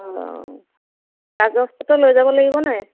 হয় অঁ কাগজ পত্ৰ লৈ যাব লাগিব নাই